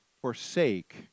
forsake